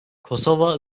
kosova